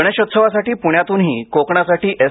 गणेशोत्सवासाठी पुण्यातूनही कोकणासाठी एस